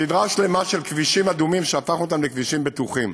אנחנו עשינו סדרה שלמה של כבישים אדומים שהפכנו אותם לכבישים בטוחים.